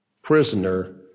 prisoner